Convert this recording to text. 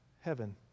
heaven